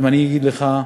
אם אני אגיד לך,